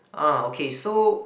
ah okay so